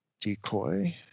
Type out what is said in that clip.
decoy